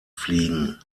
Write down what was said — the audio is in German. fliegen